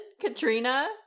Katrina